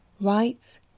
right